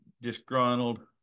disgruntled